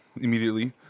immediately